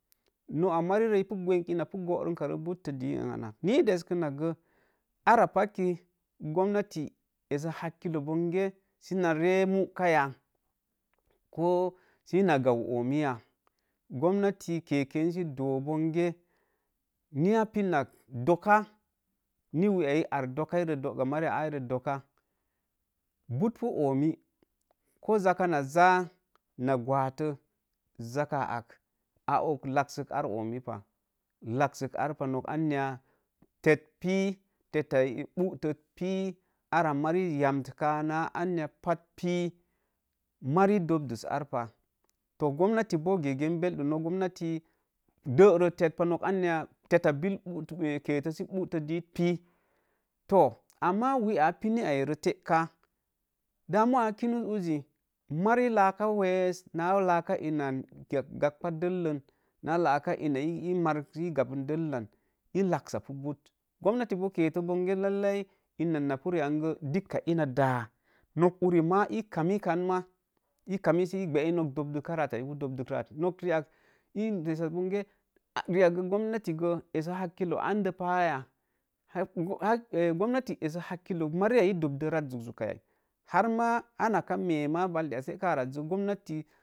Noo a marirei i pu gwenk ina pu boorum bare butə di an, ni ii deskənak gə arapakk i sə gomnati essə hakkilo bonge na ree muuka ya? Koo sə na gau oomiya? Gomnati keken sə doo bonge ni a pen nak dokka, ni wea ii ar dokkai ree, doga mariya ai ree dogga mari ya ə ree dokka, but pi oomi, ko zakka na za na gwetə, zakka ak a og laksək ar oomi pah laksən ar pah not anya, tet pii, tetta butot pii, ara mari yamt kə nə anya pat pii mari ii dopdut ar pah to gomnati boo gegen bellum nok gomnati dere tat pa, nok an ya tetta bill keetə sə buto ii pii, ama wea a pinnu aire teeka, mari ləka wes nə ina gam dellan nə ina ii mark sə gam bən dellan i lək sa pu but, gomna ti boo keete bonge lailai ina na pu rii ari gə dikka ina də nok uri mə ii kami kan man i kami sə bəə ii nok dob duka rata ipu dobduk rə at ina des az bonge riak gə gomnati gə essə hakilo an pəya, gomnati essə hakilo mari ya ii dobdo rat zuk zuk ai, har mə ankə mee mə baldei ya tekka arai roo gomnati.